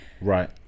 Right